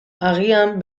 agian